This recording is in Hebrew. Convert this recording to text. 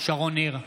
שרון ניר,